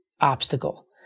obstacle